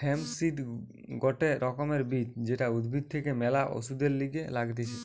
hemp seed গটে রকমের বীজ যেটা উদ্ভিদ থেকে ম্যালা ওষুধের লিগে লাগতিছে